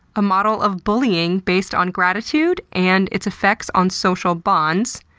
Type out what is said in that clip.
a model of bullying based on gratitude and its effects on social bonds.